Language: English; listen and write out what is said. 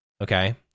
Okay